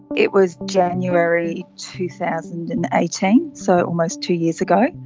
it was january two thousand and eighteen, so almost two years ago.